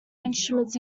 instruments